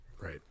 Right